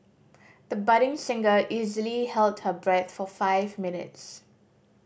the budding singer easily held her breath for five minutes